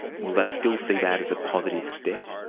will they still see that as a positive step?